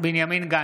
בנימין גנץ,